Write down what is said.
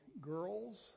girls